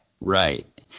right